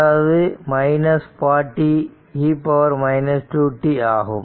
அதாவது 40 e 2 t ஆகும்